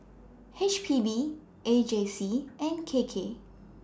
H P B A J C and K K